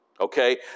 Okay